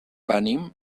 venim